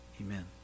Amen